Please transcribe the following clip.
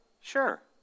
Sure